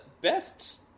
best